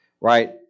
right